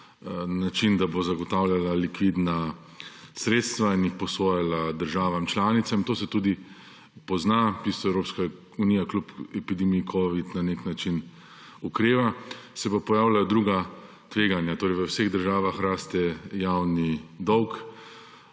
način, da bo zagotavljala likvidna sredstva in jih posojala državam članicam. To se tudi pozna. V bistvu Evropska unija, kljub epidemiji covid, na nek način okreva, se pa pojavljajo druga tveganja. Torej v vseh državah raste javni dolg